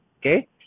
okay